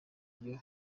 ryo